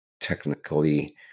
technically